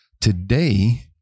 Today